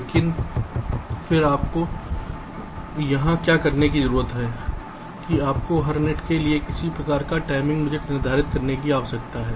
लेकिन फिर आपको यहां क्या करने की ज़रूरत है कि आपको हर नेट के लिए किसी प्रकार का टाइमिंग बजट निर्धारित करने की आवश्यकता है